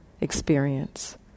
experience